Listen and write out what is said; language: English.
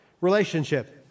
Relationship